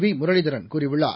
விமுரளிதரன் கூறியுள்ளார்